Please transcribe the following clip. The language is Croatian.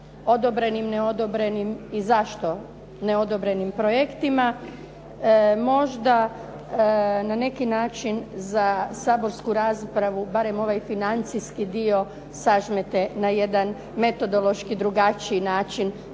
odobrenim, neodobrenim i zašto neodobrenim projektima možda na neki način za saborsku raspravu barem ovaj financijski dio sažmete na jedan metodološki i drugačiji način